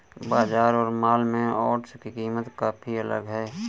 बाजार और मॉल में ओट्स की कीमत काफी अलग है